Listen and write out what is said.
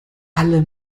alle